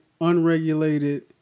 unregulated